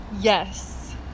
Yes